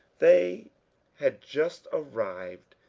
they had just arrived,